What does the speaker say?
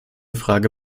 frage